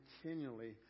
continually